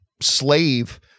slave